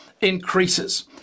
increases